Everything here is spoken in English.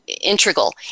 integral